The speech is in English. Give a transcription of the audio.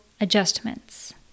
adjustments